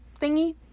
thingy